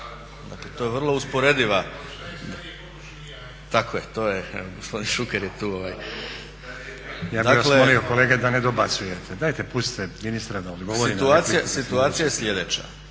Situacija je sljedeća,